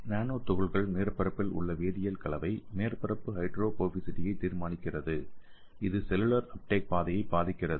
நானோ துகள்கள் மேற்பரப்பில் உள்ள வேதியியல் கலவை மேற்பரப்பு ஹைட்ரோபோபசிட்டியையும் தீர்மானிக்கிறது இது செல்லுலார் அப்டேக் பாதையை பாதிக்கிறது